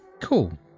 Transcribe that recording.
Cool